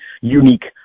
unique